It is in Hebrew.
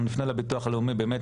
אנחנו נפנה לביטוח הלאומי באמת,